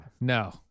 no